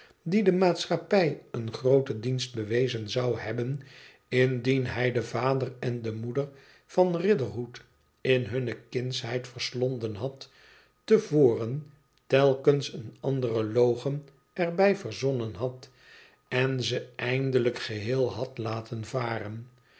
die de maatschappij een grooten dienst bewezen zou hebben indien hij den vader en de moeder van riderhood in hunne kindsheid verslonden had te voren telkens eene andere logen er bij verzonnen had en ze eindelijk geheel had laten varen